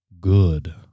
good